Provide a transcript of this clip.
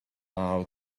out